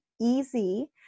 easy